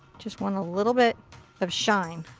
just want a little bit of shine.